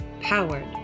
powered